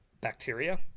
bacteria